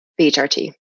BHRT